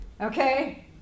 Okay